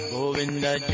Govinda